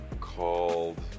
called